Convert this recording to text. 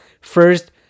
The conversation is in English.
first